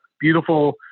beautiful